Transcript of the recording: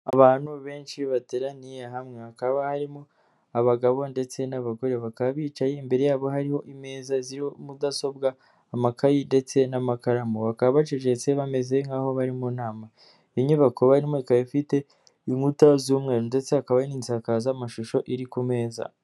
Abantu benshi bateraniye hamwe hakaba harimo abagabo ndetse n'abagore, bakaba bicaye imbere yabo hariho imeza ziriho mudasobwa, amakayi ndetse n'amakaramu, bakaba bacecetse bameze nk'aho bari mu nama, inyubako barimo ikaba ifite inkuta z'umweru ndetse hakaba n'insakazamashusho iri ku meza.